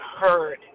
heard